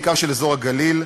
בעיקר של אזור הגליל,